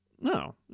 no